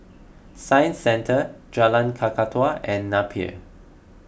Science Centre Jalan Kakatua and Napier